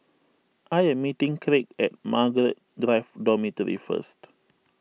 I am meeting Craig at Margaret Drive Dormitory first